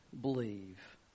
believe